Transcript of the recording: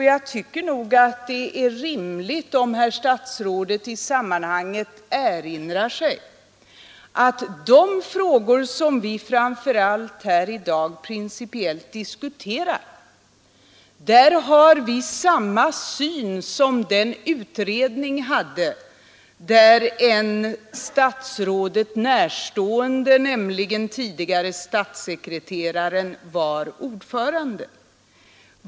Jag tycker nog också att det är rimligt om herr statsrådet i sammanhanget erinrar sig att i de frågor som vi här framför allt principiellt diskuterat har vi samma syn som den utredning hade där en statsrådet närstående person, nämligen den tidigare statssekreteraren, var ordförande.